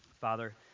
Father